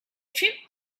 trip